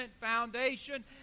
foundation